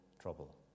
trouble